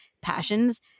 passions